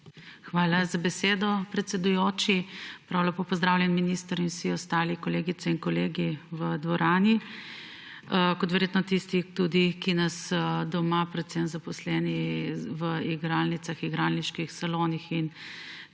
Hvala za besedo, predsedujoči. Prav lepo pozdravljeni, minister in vsi ostali kolegice in kolegi v dvorani in tudi tisti, ki nas spremljate doma, predvsem zaposleni v igralnicah, igralniških salonih in